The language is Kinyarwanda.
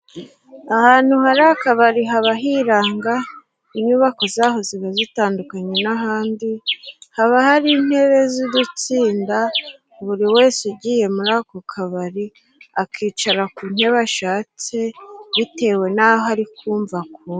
Ahantu hari akabari haba hiranga, inyubako zaho ziba zitandukanye n'ahandi, haba hari intebe z'udutsinda buri wese ugiye muri ako kabari akicara ku ntebe ashatse bitewe n'aho ari kumva akunda.